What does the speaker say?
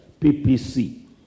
PPC